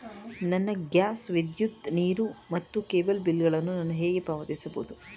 ನನ್ನ ಗ್ಯಾಸ್, ವಿದ್ಯುತ್, ನೀರು ಮತ್ತು ಕೇಬಲ್ ಬಿಲ್ ಗಳನ್ನು ನಾನು ಹೇಗೆ ಪಾವತಿಸುವುದು?